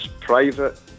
private